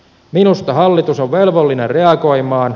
minusta hallitus on velvollinen reagoimaan